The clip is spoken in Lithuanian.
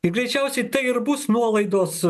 greičiausiai tai ir bus nuolaidos